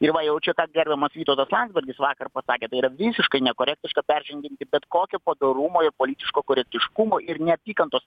ir va jau čia ką gerbiamas vytautas landsbergis vakar pasakė tai yra visiškai nekorektiška peržengianti bet kokio padorumo politiško korektiškumo ir neapykantos